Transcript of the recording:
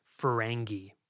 Ferengi